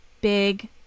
big